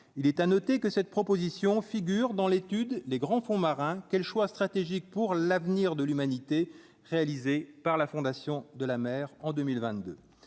il est à noter que cette proposition figure dans l'étude, les grands fonds marins quel choix stratégique pour l'avenir de l'humanité, réalisée par la fondation de la mer en 2022,